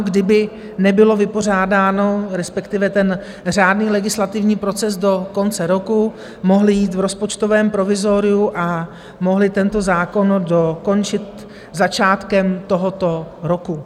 Kdyby nebylo vypořádáno, respektive ten řádný legislativní proces do konce roku, mohli jít v rozpočtovém provizoriu a mohli tento zákon dokončit začátkem tohoto roku...